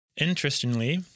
Interestingly